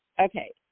Okay